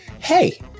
hey